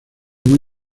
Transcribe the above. muy